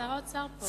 שר האוצר פה.